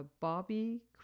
Bobby